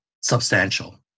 substantial